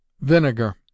VINEGAR